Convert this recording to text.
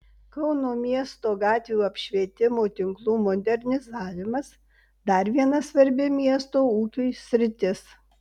kauno miesto gatvių apšvietimo tinklų modernizavimas dar viena svarbi miesto ūkiui sritis